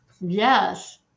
Yes